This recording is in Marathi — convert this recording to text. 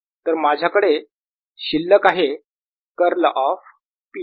तर माझ्याकडे शिल्लक आहे कर्ल ऑफ P